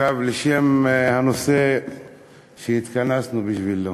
עכשיו לנושא שהתכנסנו בשבילו.